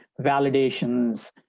validations